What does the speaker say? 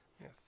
yes